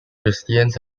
christians